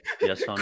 Yes